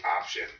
option